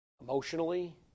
emotionally